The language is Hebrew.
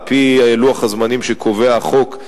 על-פי לוח הזמנים שקובע החוק,